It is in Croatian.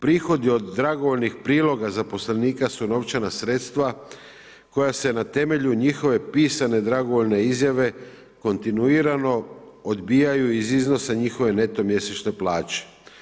Prihodi od dragovoljnih priloga zaposlenika su novčana sredstva koja se na temelju njihove pisane dragovoljne izjave kontinuirano odbijaju iz iznosa njihove neto mjesečne plaće.